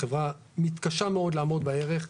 החברה מתקשה מאוד לעמוד בערך.